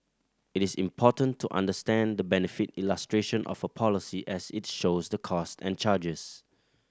it is important to understand the benefit illustration of a policy as it shows the cost and charges